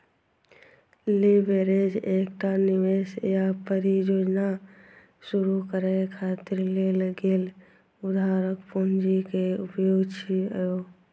leverage एकटा निवेश या परियोजना शुरू करै खातिर लेल गेल उधारक पूंजी के उपयोग छियै